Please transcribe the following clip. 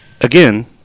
Again